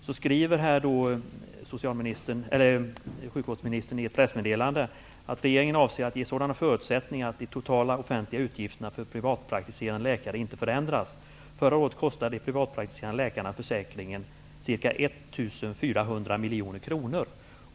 Så här skriver sjukvårdsministern i ett pressmedelande: ''Regeringen avser att ge sådana förutsättningar att de totala offentliga utgifterna för privatpraktiserande läkare inte förändras. Förra året kostade de privatpraktiserande läkarna försäkringen ca 1 400 miljoner kronor.''